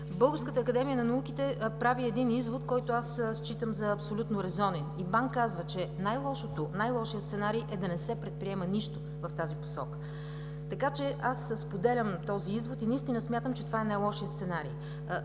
Българската академия на науките прави един извод, който считам за абсолютно резонен. Българската академия на науките казва, че „най-лошият сценарий е да не се предприема нищо в тази посока“. Споделям този извод и наистина смятам, че това е най-лошият сценарий.